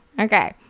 Okay